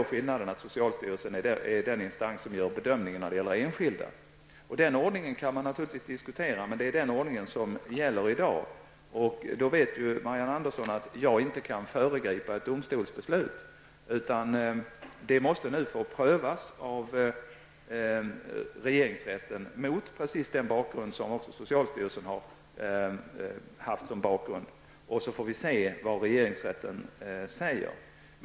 Skillnaden är att socialstyrelsen är den instans som gör bedömningen när det gäller enskilda gruppbostäder. Den ordningen kan man naturligtvis diskutera, men det är den ordning som gäller i dag. Marianne Andersson vet att jag inte kan föregripa ett domstolsbeslut. Saken måste få prövas av regeringsrätten, med precis det bakgrundsmaterial som också socialstyrelsen har haft. Därefter får vi se vad regeringsrätten säger.